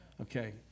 Okay